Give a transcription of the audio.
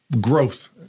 growth